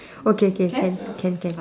okay K can can can